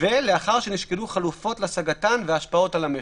ולאחר שנשקלו חלופות להשגתן וההשפעות על המשק.